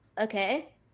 okay